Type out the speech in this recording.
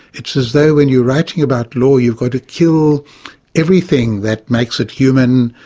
it's as though when you're writing about law, you've got to kill everything that makes it human,